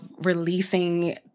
releasing